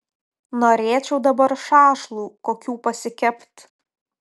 norėčiau dabar šašlų kokių pasikept